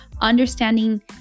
understanding